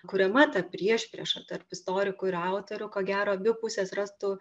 kuriama ta priešprieša tarp istorikų ir autorių ko gero abi pusės rastų